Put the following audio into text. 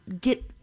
get